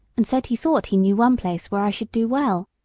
and said he thought he knew one place where i should do well.